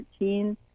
13